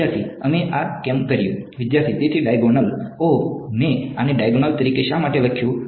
વિદ્યાર્થી અમે આ કેમ કર્યું વિદ્યાર્થી તેથી ડાયગોનલ ઓહ મેં આને ડાયગોનલ તરીકે શા માટે લખ્યું